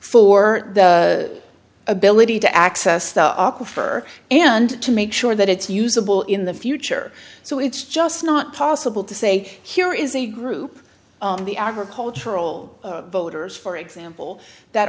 for the ability to access the upper for and to make sure that it's usable in the future so it's just not possible to say here is a group in the agricultural voters for example that